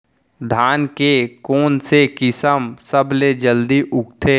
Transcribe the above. धान के कोन से किसम सबसे जलदी उगथे?